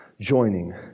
joining